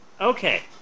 Okay